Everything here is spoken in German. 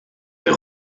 der